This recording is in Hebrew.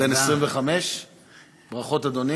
בן 25. ברכות, אדוני.